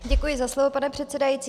Děkuji za slovo, pane předsedající.